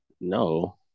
No